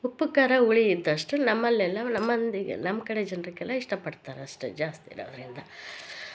ಉಪ್ಪು ಖಾರ ಹುಳಿ ಇದ್ದಷ್ಟು ನಮ್ಮಲ್ಲೆಲ್ಲ ನಮ್ಮಂದಿಗೆ ನಮ್ಕಡೆ ಜನರಿಗೆಲ್ಲ ಇಷ್ಟ ಪಡ್ತಾರೆ ಅಷ್ಟೆ ಜಾಸ್ತಿ ಅವರಿಂದ